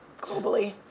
globally